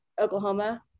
Oklahoma